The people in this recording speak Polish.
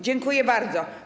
Dziękuję bardzo.